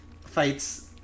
fights